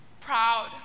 proud